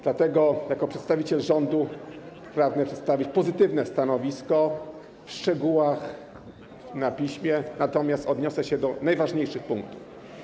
Dlatego jako przedstawiciel rządu pragnę przedstawić pozytywne stanowisko, w szczegółach na piśmie, natomiast odniosę się do najważniejszych punktów.